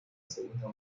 segunda